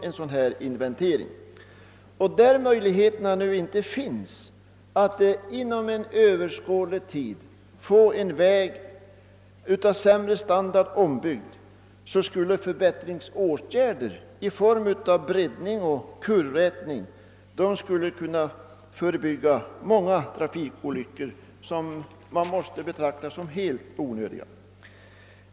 I sådana fall där det inte nu är möjligt att inom överskådlig tid bygga om en väg av sämre standard skulle dock förbättringsarbeten i form av breddning och kurvrätning kunna förhindra många trafikolyckor som måste betraktas som helt onödiga.